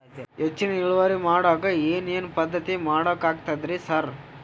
ಹೆಚ್ಚಿನ್ ಇಳುವರಿ ಮಾಡೋಕ್ ಏನ್ ಏನ್ ಪದ್ಧತಿ ಮಾಡಬೇಕಾಗ್ತದ್ರಿ ಸರ್?